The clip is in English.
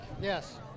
Yes